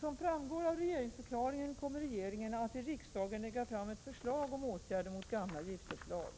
Som framgår av regeringsförklaringen kommer regeringen att till riksdagen lägga fram ett förslag om åtgärder mot gamla giftupplag.